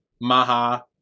maha